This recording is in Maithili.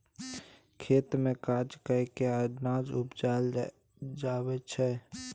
खेत मे काज कय केँ अनाज उपजाबै छै